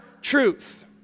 truth